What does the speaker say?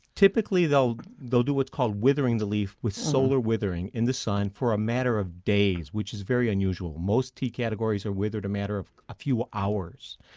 typically they will do what's called withering the leaf with solar withering in the sun for a matter of days, which is very unusual. most tea categories are withered a matter of a few hours,